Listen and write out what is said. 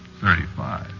thirty-five